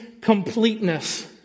completeness